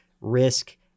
risk